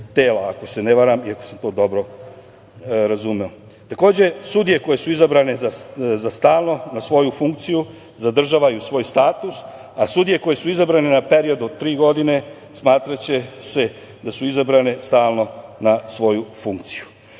ako se ne varam i ako sam dobro razumeo. Takođe, sudije koje su izabrane za stalno na svoju funkciju zadržavaju svoj status, a sudije koje su izabrane na period do tri godine smatraće se da su izabrane za stalno na svoju funkciju. Još